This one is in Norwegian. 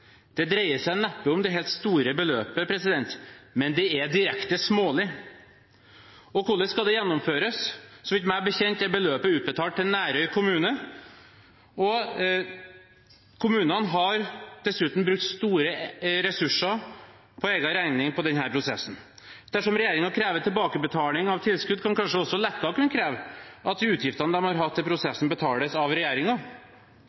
Det dreier seg neppe om det helt store beløpet, men det er direkte smålig. Og hvordan skal dette gjennomføres? Meg bekjent er beløpet utbetalt til Nærøy kommune. Kommunene har dessuten brukt store ressurser for egen regning på denne prosessen. Dersom regjeringen krever tilbakebetaling av tilskudd kan kanskje også Leka kunne kreve at utgiftene de har hatt i